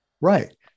Right